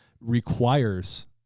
requires